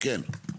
כן.